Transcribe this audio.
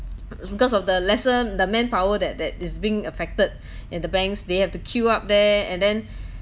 because of the lesser the manpower that that is being affected in the banks they have to queue up there and then